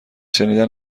شنیدن